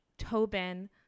Tobin